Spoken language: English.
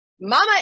mama